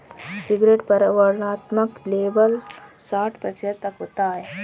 cigarette पर वर्णनात्मक label साठ प्रतिशत तक होता है